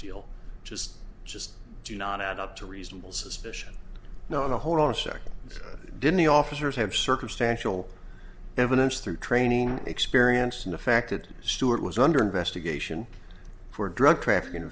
deal just just do not add up to reasonable suspicion now in a horror second didn't the officers have circumstantial evidence through training experience in the fact that stewart was under investigation for drug trafficking